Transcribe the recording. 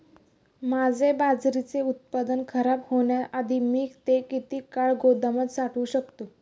माझे बाजरीचे उत्पादन खराब होण्याआधी मी ते किती काळ गोदामात साठवू शकतो?